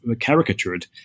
caricatured